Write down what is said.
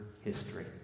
history